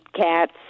cats